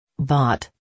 Bought